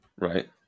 right